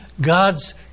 God's